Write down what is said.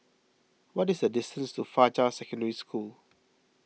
what is the distance to Fajar Secondary School